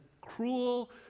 cruel